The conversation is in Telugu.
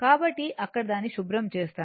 కాబట్టి ఇక్కడ దానిని శుభ్రం చేస్తాను